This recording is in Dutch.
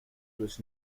plus